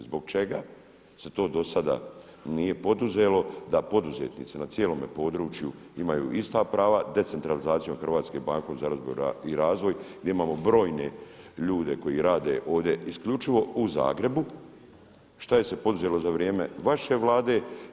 Zbog čega se to do sada nije poduzelo da poduzetnici na cijelom području imaju ista prava, decentralizacijom HBOR-a za obnovu i razvoj gdje imamo brojne ljude koji rade ovdje isključivo u Zagrebu, šta je se poduzelo za vrijeme vaše Vlade?